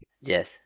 Yes